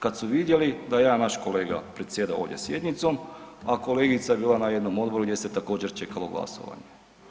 Kad su vidjeli da je jedan naš kolega predsjedao ovdje sjednicom, a kolegica je bila na jednom odboru gdje se također čekalo glasovanje.